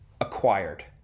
acquired